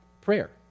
prayer